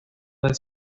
del